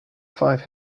five